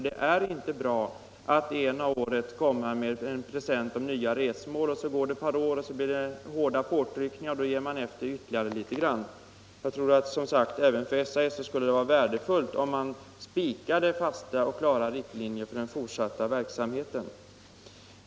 Det är inte bra som det nu är — ett år kommer man med en present i form av nya resmål, så går det ett par år, det görs hårda påtryckningar, och så ger man efter ytterligare litet grand. Jag tror som sagt att det även för SAS skulle vara värdefullt, om man kunde spika klara och fasta riktlinjer för den fortsatta verksamheten.